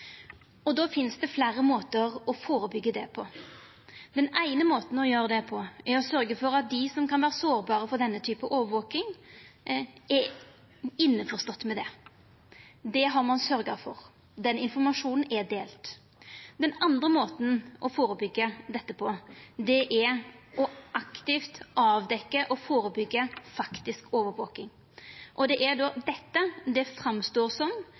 Det finst fleire måtar å førebyggja dette på. Den eine måten å gjera det på er å sørgja for at dei som kan vera sårbare for denne typen overvaking, er innforstått med det. Det har ein sørgt for. Den informasjonen er delt. Den andre måten å førebyggja dette på er å aktivt avdekkja og førebyggja faktisk overvaking, og det er dette det framstår som